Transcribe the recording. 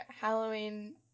Halloween